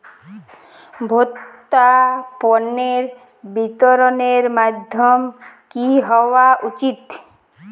ভোক্তা পণ্যের বিতরণের মাধ্যম কী হওয়া উচিৎ?